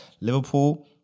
Liverpool